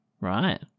Right